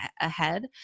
ahead